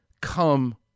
come